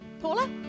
Paula